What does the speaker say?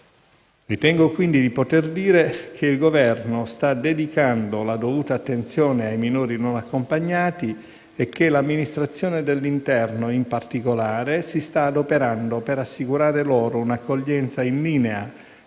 Ritengo di poter dire che il Governo sta dedicando la dovuta attenzione ai minori non accompagnati e che l'Amministrazione dell'interno, in particolare, si sta adoperando per assicurare loro un'accoglienza in linea